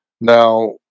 Now